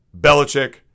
Belichick